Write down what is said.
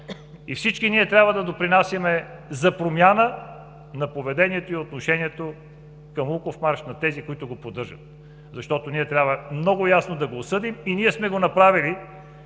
Всички ние трябва да допринасяме за промяна на поведението и отношението към Луковмарш на тези, които го поддържат. Трябва много ясно да го осъдим и сме го направили.